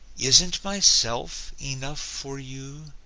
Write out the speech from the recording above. isn't my self enough for you?